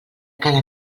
cada